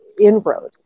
inroad